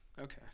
Okay